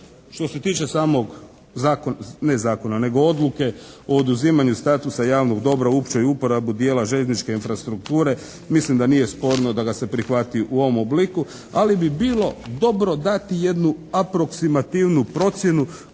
zakona nego Odluke o oduzimanju statusa javnog dobra u općoj uporabi dijela željezničke infrastrukture mislim da nije sporno da ga se prihvati u ovom obliku. Ali bi bilo dobro dati jednu aproksimativnu procjenu